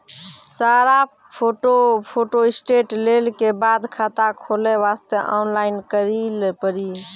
सारा photo photostat लेल के बाद खाता खोले वास्ते ऑनलाइन करिल पड़ी?